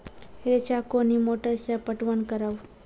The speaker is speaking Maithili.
रेचा कोनी मोटर सऽ पटवन करव?